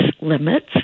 limits